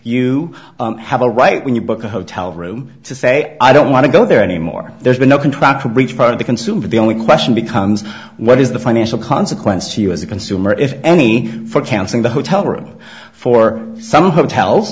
you have a right when you book a hotel room to say i don't want to go there anymore there's been no contract for breach part of the consumer the only question becomes what is the financial consequences to you as a consumer if any for canceling the hotel room for some hotel